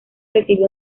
recibió